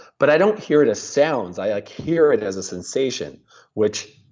but i don't hear it as sounds. i like hear it as a sensation which